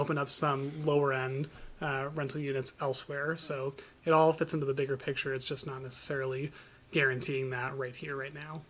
open up some lower end rental units elsewhere so it all fits into the bigger picture it's just not necessarily guaranteeing that right here right now